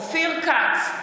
(קוראת בשמות חברי הכנסת) אופיר כץ,